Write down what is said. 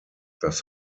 das